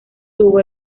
tuvo